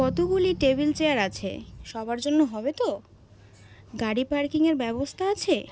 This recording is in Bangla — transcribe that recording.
কতগুলি টেবিল চেয়ার আছে সবার জন্য হবে তো গাড়ি পার্কিংয়ের ব্যবস্থা আছে